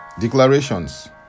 declarations